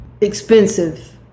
expensive